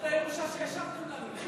זאת הירושה שהשארתם לנו.